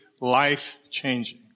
life-changing